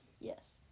Yes